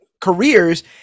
careers